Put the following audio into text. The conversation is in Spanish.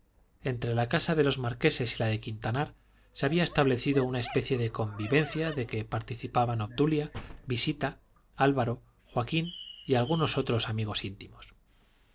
entre la casa de los marqueses y la de quintanar se había establecido una especie de convivencia de que participaban obdulia visita álvaro joaquín y algunos otros amigos íntimos se